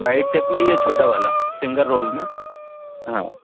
by tape में ये छोटा वाला सिंगल रोल में हाँ